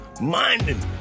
minding